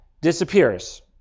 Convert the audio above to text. disappears